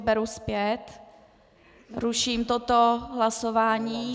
Beru zpět, ruším toto hlasování.